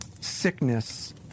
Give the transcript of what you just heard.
sickness